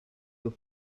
your